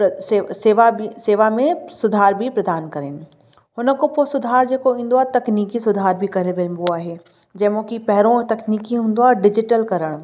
प्र से सेवा बि सेवा में सुधार बि प्रधान करनि हुन खां पोइ सुधार जेको ईंदो आहे तक्नीकी सुधार बि करे वञिबो आहे जंहिं मां की पहिरों तक्नीकी हूंदो आहे डिजिटल करणु